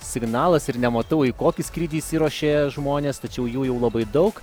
signalas ir nematau į kokį skrydį išsiruošė žmonės tačiau jų jau labai daug